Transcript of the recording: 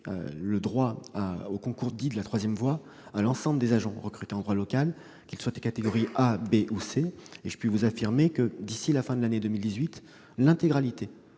se présenter aux concours dits de la troisième voie à l'ensemble des agents recrutés en droit local, qu'ils soient de catégorie A, B ou C. Je puis vous affirmer que, d'ici à la fin de l'année 2018, l'intégralité